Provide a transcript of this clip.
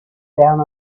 down